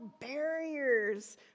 barriers